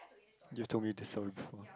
you told me this one before